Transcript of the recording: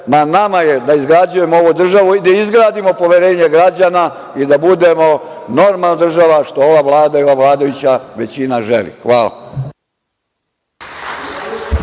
nama je da izgrađujemo ovu državu i da izgradimo poverenje građana i da budemo normalna država, što ova Vlada i vladajuća većina želi. Hvala.